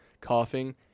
coughing